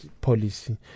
policy